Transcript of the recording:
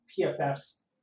PFF's